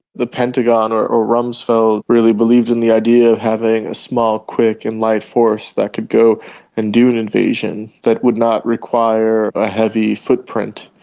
the pentagon or or rumsfeld really believed in the idea of having a small, quick and light force that could go and do an invasion that would not require a heavy footprint.